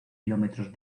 kilómetros